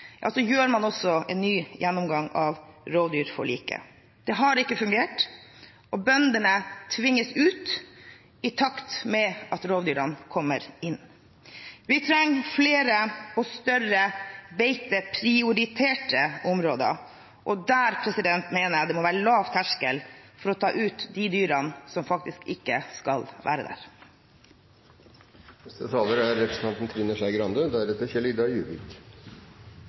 man også en ny gjennomgang av rovdyrforliket. Det har ikke fungert, og bøndene tvinges ut i takt med at rovdyrene kommer inn. Vi trenger flere og større beiteprioriterte områder, og der mener jeg det må være lav terskel for å ta ut de dyrene som faktisk ikke skal være der. Med alle de store utfordringene vi står overfor, om det er